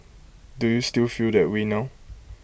do you still feel that way now